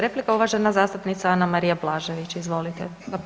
replika uvažena zastupnica Anamarija Blažević, izvolite.